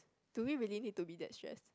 do we really need to be that stress